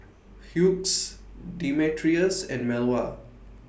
Hughes Demetrius and Melva